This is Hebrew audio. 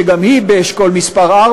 שגם היא באשכול מס' 4,